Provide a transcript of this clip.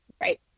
Right